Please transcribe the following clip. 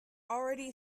already